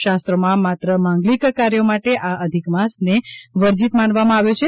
શાસ્ત્રોમાં માત્ર માંગલિક કાર્યો માટે આ અધિક માસને વર્જિત માનવામાં આવ્યો છે